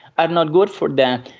um not good for them.